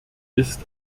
ist